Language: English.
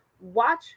Watch